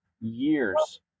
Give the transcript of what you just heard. years